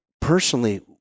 personally